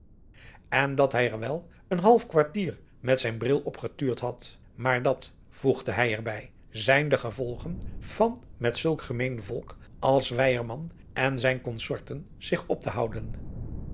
en dat hij er wel een half kwartier met zijn bril op getuurd had maar dat voegde hij er bij zijn de gevolgen van met zulk gemeen volk als weyerman en zijn consorten zich op te houden